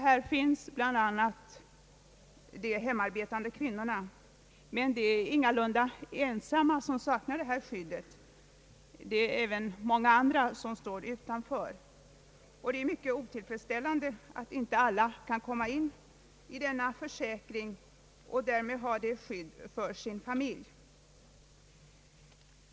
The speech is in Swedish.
Här finns bl.a. de hemarbetande kvinnorna, men de är ingalunda de enda som saknar denna försäkring. även många andra står utanför. Det är mycket otillfredsställande att de icke kan komma med i försäkringen och därmed få detta skydd för sin familj.